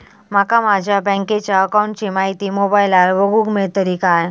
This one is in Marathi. माका माझ्या बँकेच्या अकाऊंटची माहिती मोबाईलार बगुक मेळतली काय?